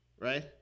Right